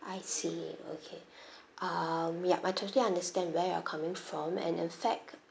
I see okay um yup I totally understand where you're coming from and in fact